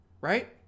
right